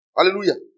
Hallelujah